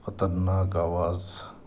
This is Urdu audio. خطرناک آواز